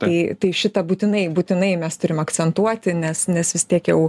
tai tai šitą būtinai būtinai mes turim akcentuoti nes nes vis tiek jau